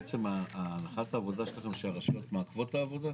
בעצם הנחת העבודה שלכם שהרשויות מעכבות את העבודה?